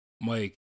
Mike